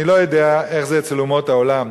אני לא יודע איך זה אצל אומות העולם,